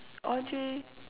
Audrey